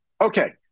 Okay